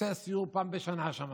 עושה סיור פעם בשנה שם,